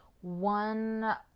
one